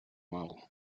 mal